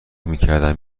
میکردم